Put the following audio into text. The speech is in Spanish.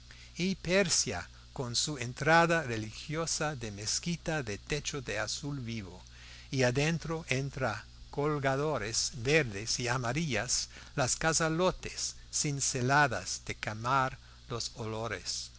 y persia con su entrada religiosa de mezquita de techo de azul vivo y adentro entre colgaduras verdes y amarillas las cazoletas cinceladas de quemar los olores